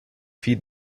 feed